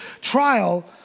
trial